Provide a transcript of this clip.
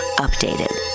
Updated